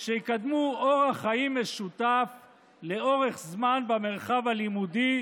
שיקדמו אורח חיים משותף לאורך זמן במרחב הלימודי,